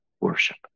worship